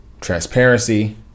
transparency